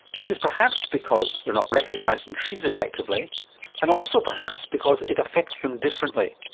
this is perhaps because they are not recognised and treated as actively and also perhaps because it affects them differently.